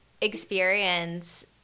experience